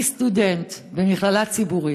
אני סטודנט במכללה ציבורית.